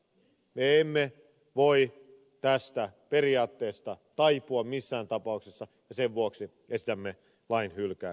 me emme voi tästä periaatteesta taipua missään tapauksessa ja sen vuoksi esitämme lain hylkäämistä